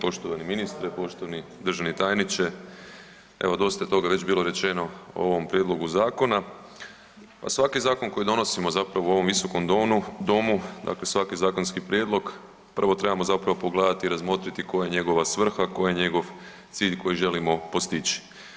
Poštovani ministre, poštovani državni tajniče, evo dosta toga je već bilo rečeno u ovom prijedlogu zakona, pa svaki zakon koji donosimo zapravo u ovom visokom domu dakle svaki zakonski prijedlog prvo trebamo zapravo pogledati i razmotriti koja je njegova svrha, koji je njegov cilj koji želimo postići.